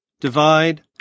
divide